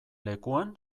lekuan